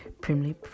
primly